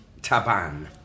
Taban